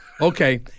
Okay